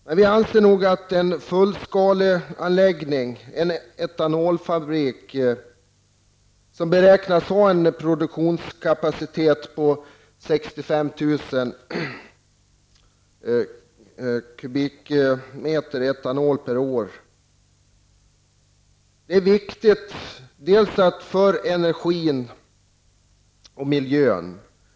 Det talas om en fullskaleanläggning, dvs. en etanolfabrik med en beräknad produktionskapacitet om 65 000 kubikmeter etanol per år. En sådan är viktig vad gäller både energin och miljön.